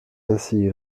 ainsi